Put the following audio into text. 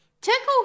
tickle